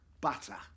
butter